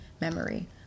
memory